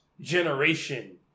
generation